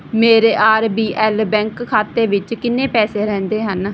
ਮੇਰੇ R B L bank ਖਾਤੇ ਵਿੱਚ ਕਿੰਨੇ ਪੈਸੇ ਰਹਿੰਦੇ ਹਨ